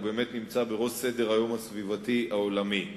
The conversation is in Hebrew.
באמת נמצא בראש סדר-היום הסביבתי העולמי.